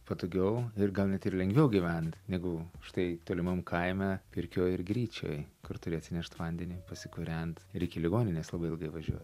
patogiau ir gal net ir lengviau gyvent negu štai tolimam kaime pirkioj ir gryčioj kur turi atsinešt vandenį pasikūrent ir iki ligoninės labai ilgai važiuot